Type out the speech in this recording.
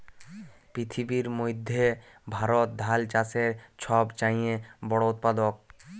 পিথিবীর মইধ্যে ভারত ধাল চাষের ছব চাঁয়ে বড় উৎপাদক